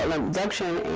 um abduction